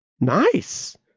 Nice